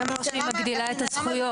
מי אמר שאני מגדילה את הזכויות?